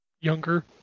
younger